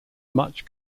much